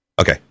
Okay